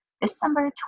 December